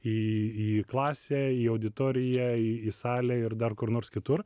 į į klasę į auditoriją į salę ir dar kur nors kitur